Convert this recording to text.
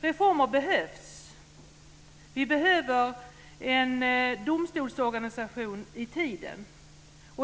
Reformer behövs! Vi behöver en domstolsorganisation i tiden.